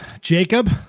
Jacob